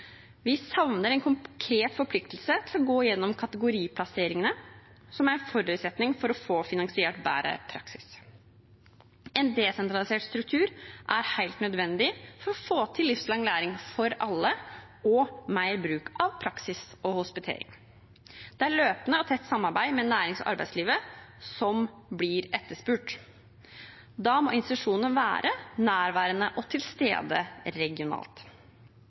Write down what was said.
Vi savner en konkret forpliktelse til å gå gjennom kategoriplasseringene som er en forutsetning for å få finansiert bedre praksis. En desentralisert struktur er helt nødvendig for å få til livslang læring for alle og mer bruk av praksis og hospitering. Det er løpende og tett samarbeid med nærings- og arbeidslivet som blir etterspurt. Da må institusjonene være nærværende og til stede regionalt.